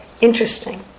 interesting